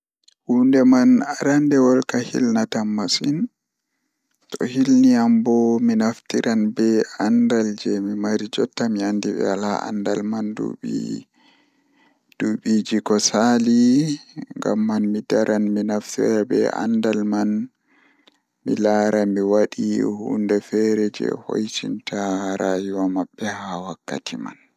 Huunde man aranndewol kam hilna tan masin, To hilni ambo mi naftiran be anndal mi mari jotta ngam mi andi be Wala anndal man duɓii duɓiiji ko saali ngamman mi daran mi naftira be anndal man mi laari mi wadan ko nafata ɓe haa rayuwa mabɓe haa wakkati man.